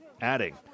Adding